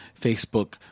Facebook